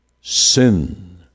sin